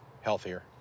Healthier